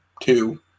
two